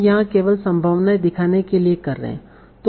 हम यहां केवल संभावनाएं दिखाने के लिए कर रहे हैं